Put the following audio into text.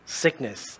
sickness